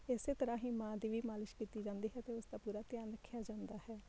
ਇਸੇ ਤਰ੍ਹਾਂ ਹੀ ਮਾਂ ਦੀ ਵੀ ਮਾਲਿਸ਼ ਕੀਤੀ ਜਾਂਦੀ ਹੈ ਅਤੇ ਉਸਦਾ ਪੂਰਾ ਧਿਆਨ ਰੱਖਿਆ ਜਾਂਦਾ ਹੈ